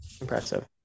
Impressive